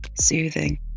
Soothing